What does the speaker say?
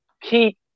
keep